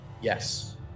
yes